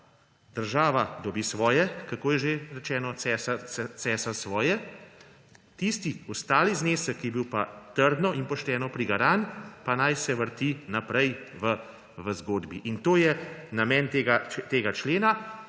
država dobi svoje – kako je že rečeno? Cesar svoje –, tisti ostali znesek, ki je bil pa trdno in pošteno prigaran, pa naj se vrti naprej v zgodbi. In to je namen tega člena.